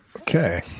Okay